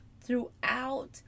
throughout